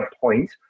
point